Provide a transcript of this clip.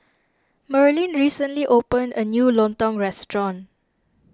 Merlin recently opened a new Lontong restaurant